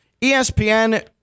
ESPN